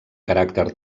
caràcter